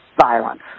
violence